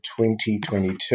2022